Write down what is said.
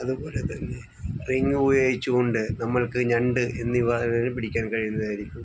അതുപോലെ തന്നെ റിങ്ങ് ഉപയോഗിച്ച് കൊണ്ട് നമ്മൾക്ക് ഞണ്ട് എന്നിവ വരെ പിടിക്കാൻ കഴിയുന്നതായിരിക്കും